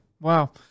Wow